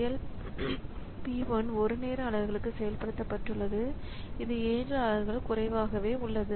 செயல்P 1 1 நேர அலகுகளுக்கு செயல்படுத்தப்பட்டுள்ளது இது 7 அலகுகள் குறைவாகவே உள்ளது